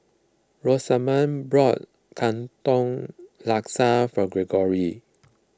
Rosamond bought Katong Laksa for Greggory